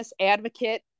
advocate